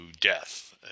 death